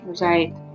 Right